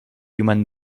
human